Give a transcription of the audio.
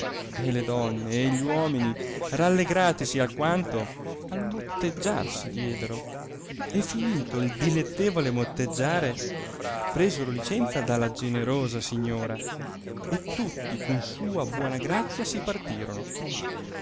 e le donne e gli uomini rallegratisi alquanto al motteggiare si diedero e finito il dilettevole motteggiare presero licenza dalla generosa signora e tutti con sua buona grazia si partirono